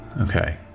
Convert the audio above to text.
Okay